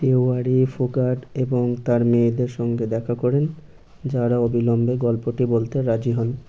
তেওয়ারি ফোগাট এবং তাঁর মেয়েদের সঙ্গে দেখা করেন যাঁরা অবিলম্বে গল্পটি বলতে রাজি হন